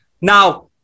Now